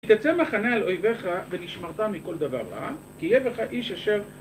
כי תצא מחנה על אויבך, ונשמרת מכל דבר רע, כי יהיה בך איש אשר...